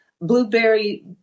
blueberry